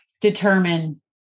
determine